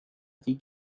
die